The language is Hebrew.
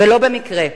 ולא במקרה.